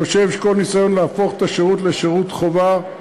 ואני חושב שכל ניסיון להפוך את השירות לשירות חובה,